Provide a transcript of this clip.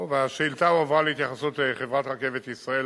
השאילתא הועברה להתייחסות חברת "רכבת ישראל",